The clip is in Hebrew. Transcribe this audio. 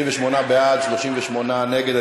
28 בעד, 38 נגד.